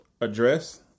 address